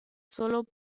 solo